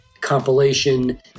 compilation